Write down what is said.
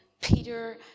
Peter